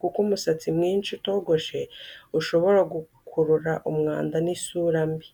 kuko umusatsi mwinshi utogoshe ushobora gukurura umwanda n’isura mbi.